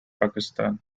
pakistan